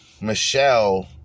Michelle